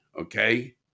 Okay